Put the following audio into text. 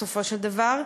בסופו של דבר,